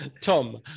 Tom